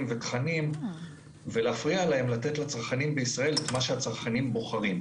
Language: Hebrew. ותכנים ולהפריע להם לתת לצרכנים בישראל את מה שהצרכנים בוחרים.